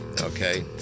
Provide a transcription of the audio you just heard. okay